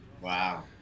Wow